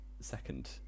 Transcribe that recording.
second